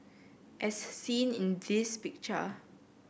as seen in this picture